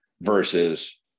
versus